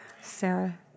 Sarah